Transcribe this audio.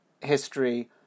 history